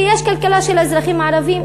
ויש כלכלה של אזרחים ערבים,